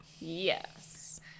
yes